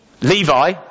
Levi